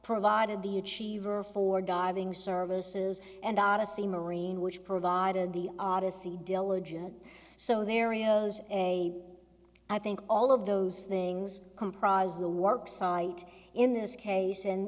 provided the achiever for diving services and odyssey marine which provided the odyssey diligence so there rio's a i think all of those things comprise the work site in this case and